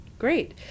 Great